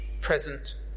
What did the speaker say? present